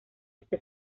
este